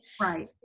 Right